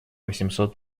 восемьсот